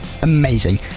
Amazing